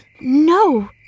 No